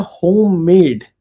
homemade